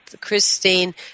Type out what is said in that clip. Christine